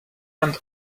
went